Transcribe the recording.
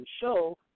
show